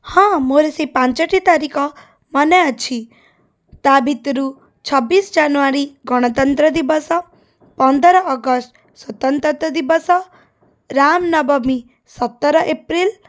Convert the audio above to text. ହଁ ମୋର ସେଇ ପାଞ୍ଚଟି ତାରିଖ ମନେ ଅଛି ତା' ଭିତରୁ ଛବିଶ ଜାନୁୟାରୀ ଗଣତନ୍ତ୍ର ଦିବସ ପନ୍ଦର ଅଗଷ୍ଟ ସ୍ୱତନ୍ତ୍ରତା ଦିବସ ରାମନବମୀ ସତର ଏପ୍ରିଲ୍